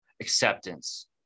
acceptance